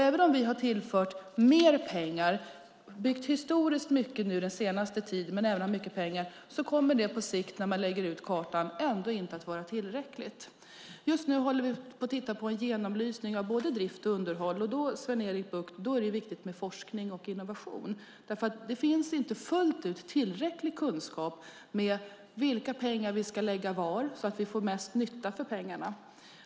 Även om vi har tillfört mer pengar och byggt historiskt mycket nu den senaste tiden kommer det på sikt när man lägger ut kartan ändå inte att vara tillräckligt. Just nu håller vi på med en genomlysning av både drift och underhåll. Då, Sven-Erik Bucht, är det viktigt med forskning och innovation. Det finns inte tillräcklig kunskap om vilka pengar vi ska lägga var så att vi får mesta möjliga nytta för pengarna.